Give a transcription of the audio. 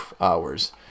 hours